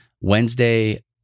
Wednesday